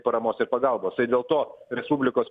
paramos ir pagalbos tai dėl to respublikos